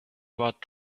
about